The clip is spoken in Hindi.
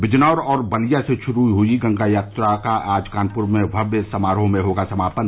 बिजनौर और बलिया से शुरू हुई गंगा यात्रा का आज कानपुर में भव्य समारोह में होगा समापन